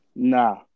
Nah